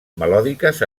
melòdiques